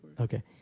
Okay